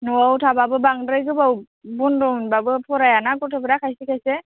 न'आव थाबाबो बांद्राय गोबाव बन्द' मोनबाबो फरायाना गथ'फ्रा खायसे खायसे